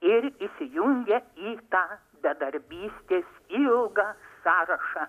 ir įsijungia į tą bedarbystės ilgą sąrašą